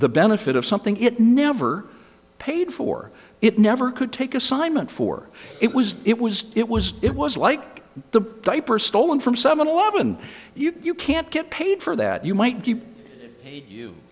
the benefit of something it never paid for it never could take assignment for it was it was it was it was like the diaper stolen from seven eleven you can't get paid for that you might get you